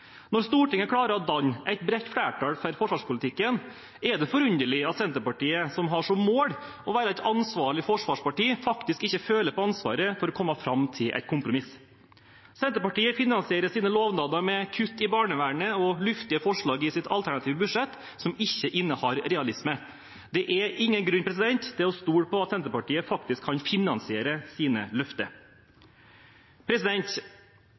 Når Stortinget klarer å danne et bredt flertall for forsvarspolitikken, er det forunderlig at Senterpartiet, som har som mål å være et ansvarlig forsvarsparti, faktisk ikke føler på ansvaret for å komme fram til et kompromiss. Senterpartiet finansierer sine lovnader med kutt i barnevernet og luftige forslag i sitt alternative budsjett som ikke innehar realisme. Det er ingen grunn til å stole på at Senterpartiet faktisk kan finansiere sine løfter.